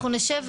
אנחנו נדע